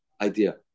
idea